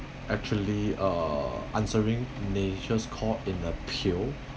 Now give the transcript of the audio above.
actually uh answering nature's call in a pail